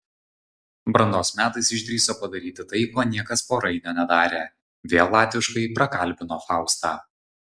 brandos metais išdrįso padaryti tai ko niekas po rainio nedarė vėl latviškai prakalbino faustą